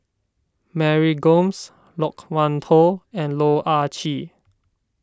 Mary Gomes Loke Wan Tho and Loh Ah Chee